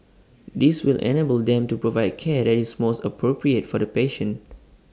this will enable them to provide care that is most appropriate for the patient